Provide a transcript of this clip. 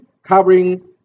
Covering